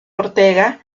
ortega